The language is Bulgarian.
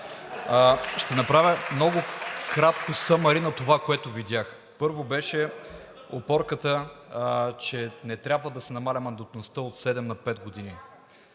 Ще направя много кратки summary на това, което видях. Първо беше опорката, че не трябва да се намалява мандатността от седем на пет години.